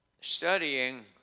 Studying